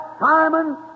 Simon